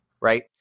right